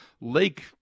lake